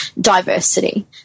diversity